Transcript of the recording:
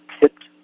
tipped